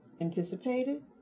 anticipated